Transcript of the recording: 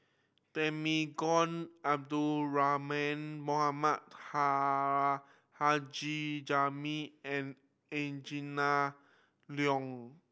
Temenggong Abdul Rahman Mohamed Taha Haji Jamil and Angela Liong